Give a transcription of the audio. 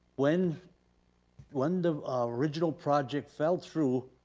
when when the original project fell through,